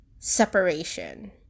separation